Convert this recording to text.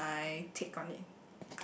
that's my take on it